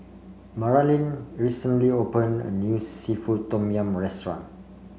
Maralyn recently opened a new seafood Tom Yum restaurant